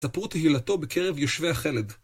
ספרו תהילתו בקרב יושבי החלד.